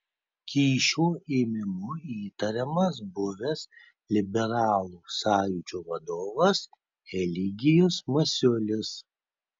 kyšio ėmimu įtariamas buvęs liberalų sąjūdžio vadovas eligijus masiulis